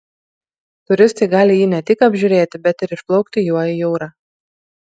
turistai gali jį ne tik apžiūrėti bet ir išplaukti juo į jūrą